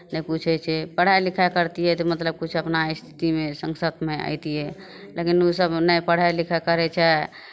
नहि किछु होइ छै पढ़ाइ लिखाइ करतियै तऽ मतलब किछु अपना एस टी मे संसदमे अयतियै लेकिन ओसभ नहि पढ़ाइ लिखाइ करै छै